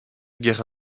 guerre